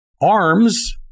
Arms